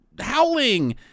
howling